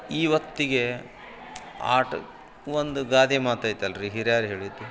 ಈವತ್ತಿಗೆ ಆಟ ಒಂದು ಗಾದೆ ಮಾತೈತಲ್ಲ ರಿ ಹಿರ್ಯರ್ ಹೇಳಿದ್ದು